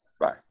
Bye